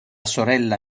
sorella